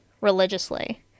religiously